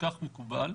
כך מקובל.